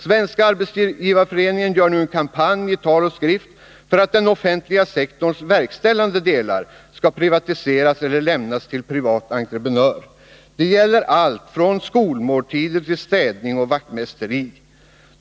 Svenska arbetsgivareföreningen går ut i en kampanj i tal och skrift för att den offentliga sektorns verkställande delar skall privatiseras eller lämnas till privata entreprenörer. Det gäller allt, från skolmåltider, städning och vaktmästeri.